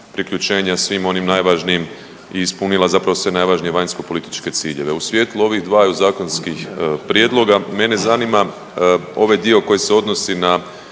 priključenja svim onim najvažnijim i ispunila zapravo sve najvažnije vanjskopolitičke ciljeve. U svijetlu ovih dvaju zakonskih prijedloga mene zanima ovaj dio koji se odnosi na